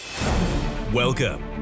Welcome